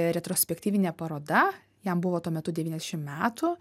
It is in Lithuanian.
retrospektyvinė paroda jam buvo tuo metu devyniašim metų